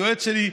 היועץ שלי,